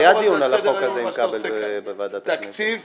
היה דיון על החוק הזה עם כבל בוועדת הכנסת,